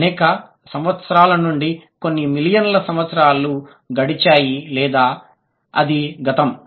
అనేక సంవత్సరాల నుండి కొన్ని మిలియన్ల సంవత్సరాలు గడిచాయి లేదా అది గతం